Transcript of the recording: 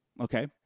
Okay